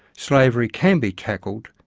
slavery can be tackled,